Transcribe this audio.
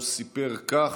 הוא סיפר כך,